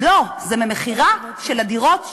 לא, זה ממכירה של הדירות שנשארו.